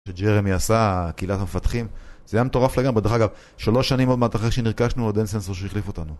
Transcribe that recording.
שג'רמי עשה, קהילת המפתחים, זה היה מטורף לגמרי. דרך אגב, שלוש שנים עוד מעט אחרי שנרכשנו, עוד אין סנסור שהחליף אותנו.